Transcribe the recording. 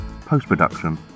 Post-production